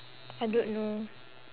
I don't know